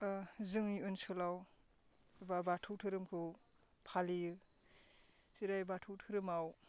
ओ जोंनि ओनसोलाव एबा बाथौ धोरोमखौ फालियो जेरै बाथौ धोरोमाव